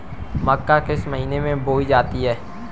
मक्का किस महीने में बोई जाती है?